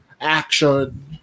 action